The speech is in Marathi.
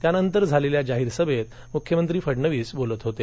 त्यानंतर झालेल्या जाहीर सभेत मुख्यमंत्री फडणवीस बोलत होते